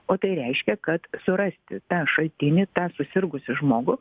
o tai reiškia kad surasti tą šaltinį tą susirgusį žmogų